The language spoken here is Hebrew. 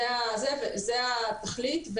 זו התכלית.